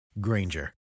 Granger